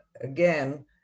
again